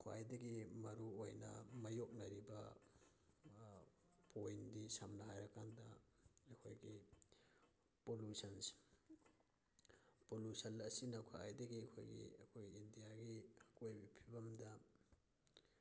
ꯈꯋꯥꯏꯗꯒꯤ ꯃꯔꯨꯑꯣꯏꯅ ꯃꯥꯌꯣꯛꯅꯔꯤꯕ ꯄꯣꯏꯟꯗꯤ ꯁꯝꯅ ꯍꯥꯏꯔꯀꯥꯟꯗ ꯑꯩꯈꯣꯏꯒꯤ ꯄꯣꯂꯨꯁꯟꯁꯦ ꯄꯣꯂꯨꯁꯟ ꯑꯁꯤꯅ ꯈ꯭ꯋꯥꯏꯗꯒꯤ ꯑꯩꯈꯣꯏꯒꯤ ꯑꯩꯈꯣꯏ ꯏꯟꯗꯤꯌꯥꯒꯤ ꯑꯀꯣꯏꯕꯒꯤ ꯐꯤꯕꯝꯗ